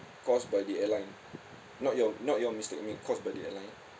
caused by the airline not your not your mistake I mean caused by the airline